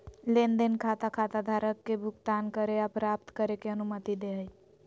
लेन देन खाता खाताधारक के भुगतान करे या प्राप्त करे के अनुमति दे हइ